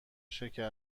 شکر